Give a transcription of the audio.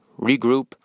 regroup